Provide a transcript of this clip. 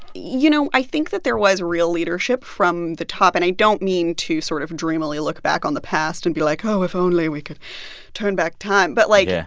you know, i think that there was real leadership from the top. and i don't mean to sort of dreamily look back on the past and be like, oh, if only we could turn back time. but like. ah